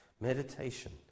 Meditation